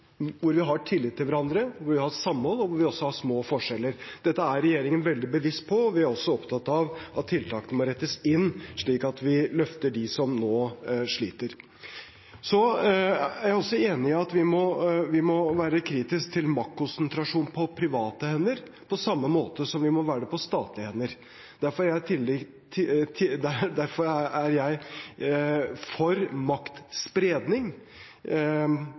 hvor vi har tillit til hverandre, hvor vi har samhold, og hvor vi også har små forskjeller. Dette er regjeringen veldig bevisst på, og vi er også opptatt av at tiltakene må rettes inn slik at vi løfter dem som nå sliter. Så er jeg også enig i at vi må være kritisk til maktkonsentrasjon på private hender, på samme måte som vi må være det på statlige hender. Derfor er jeg for maktspredning. Vi skal ha et sterkt privat eierskap, men vi må spre makt og sørge for